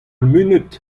munut